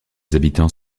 habitants